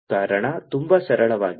ಕಾರಣ ತುಂಬಾ ಸರಳವಾಗಿದೆ